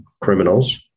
criminals